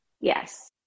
yes